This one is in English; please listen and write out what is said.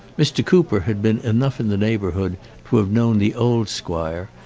mr. cooper had been enough in the neighbourhood to have known the old squire,